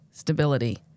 stability